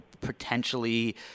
potentially